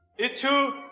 it to